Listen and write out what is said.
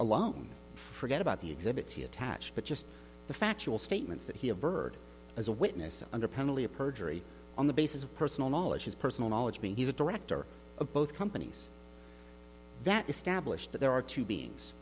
alone forget about the exhibits he attached but just the factual statements that he averred as a witness under penalty of perjury on the basis of personal knowledge his personal knowledge being he's a director of both companies that establish that there are two be